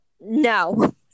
no